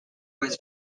was